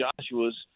Joshua's